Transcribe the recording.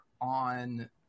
on